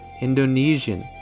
Indonesian